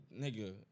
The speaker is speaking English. nigga